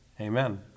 amen